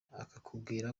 akakubwira